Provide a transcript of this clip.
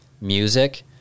music